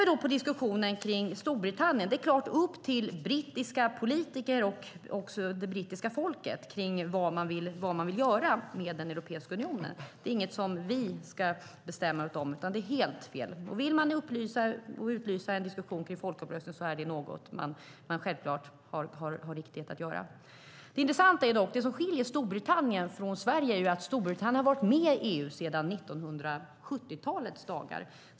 Vad gäller diskussionen i Storbritannien är det förstås upp till brittiska politiker och det brittiska folket att bestämma vad de vill göra med Europeiska unionen. Det är inget som vi ska bestämma åt dem. Det vore helt fel. Vill de ha en diskussion och utlysa en folkomröstning har de självklart rätt att göra det. Det som skiljer Storbritannien från Sverige är att Storbritannien varit med i EU sedan 1970-talet.